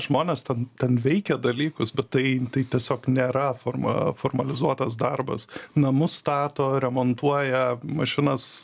žmonės ten ten veikia dalykus bet tai tiesiog nėra forma formalizuotas darbas namus stato remontuoja mašinas